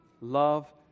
Love